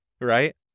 right